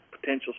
potential